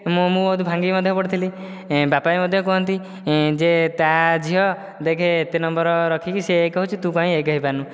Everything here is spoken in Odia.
ମୁଁ ମୁଁ ଭାଙ୍ଗି ମଧ୍ୟ ପଡ଼ିଥିଲି ବାପା ମଧ୍ୟ କୁହନ୍ତି ଯେ ତା ଝିଅ ଦେଖେ ଏତେ ନମ୍ବର ରଖିକି ସିଏ ଏକ ହେଉଛି ତୁ କାହିଁ ଏକ ହୋଇପାରୁନୁ